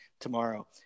tomorrow